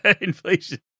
Inflation